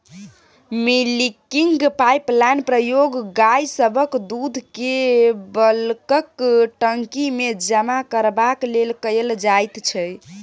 milking पाइपलाइनक प्रयोग गाय सभक दूधकेँ बल्कक टंकीमे जमा करबाक लेल कएल जाइत छै